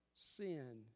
Sin